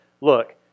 look